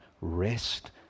Rest